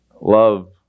love